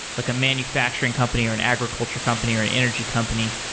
like a manufacturing company or an agriculture company or an energy company,